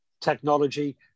technology